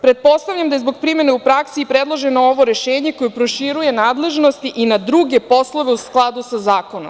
Pretpostavljam da je zbog primene u praksi predloženo ovo rešenje koje proširuje nadležnosti i na druge poslove u skladu sa zakonom.